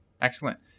Excellent